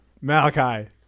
Malachi